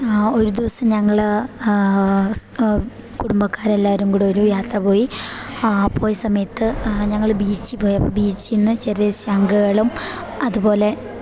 ഒരു ദിവസം ഞങ്ങൾ കുടുംബക്കാരെല്ലാവരും കൂടെ ഒരു യാത്ര പോയി പോയ സമയത്ത് ഞങ്ങൾ ബീച്ചിൽ പോയപ്പം ബീച്ചിൽ നിന്ന് ചെറിയ ശംഖുകളും അതുപോലെ